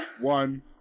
One